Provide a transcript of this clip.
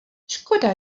škoda